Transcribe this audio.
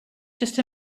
just